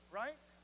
right